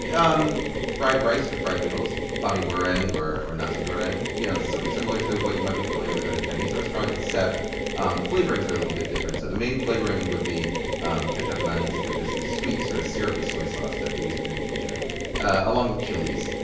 um fried rice or fried noodles, bami goreng or or nasi goreng. it's you know sort of similar to what you might be familiar with at a chinese restaurant, except um the flavorings are a little bit different. so the main flavoring would be um ketjap manis, which is a sweet, sort of syrupy soy sauce that they use in indonesia along with chilis,